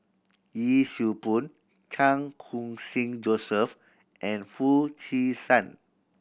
Yee Siew Pun Chan Khun Sing Joseph and Foo Chee San